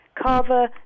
Carver